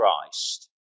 Christ